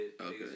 Okay